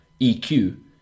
eq